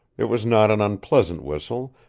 it was not an unpleasant whistle,